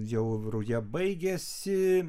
jau ruja baigėsi